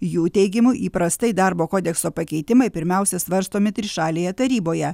jų teigimu įprastai darbo kodekso pakeitimai pirmiausia svarstomi trišalėje taryboje